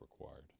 required